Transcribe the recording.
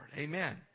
Amen